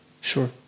Sure